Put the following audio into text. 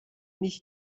nicht